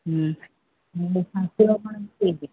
ହୁଁ ମୋ ଶାଶୁର